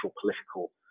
political